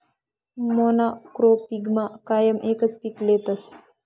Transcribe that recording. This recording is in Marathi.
मोनॉक्रोपिगमा कायम एकच पीक लेतस